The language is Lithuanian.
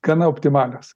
gana optimalios